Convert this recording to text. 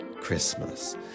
Christmas